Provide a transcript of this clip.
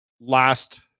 Last